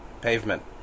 pavement